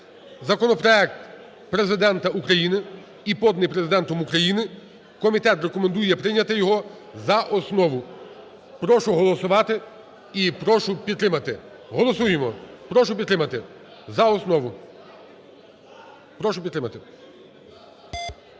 законопроект Президента України і поданий Президентом України. Комітет рекомендує прийняти його за основу. Прошу голосувати і прошу підтримати. Голосуємо! Прошу підтримати за основу. Прошу підтримати.